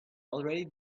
already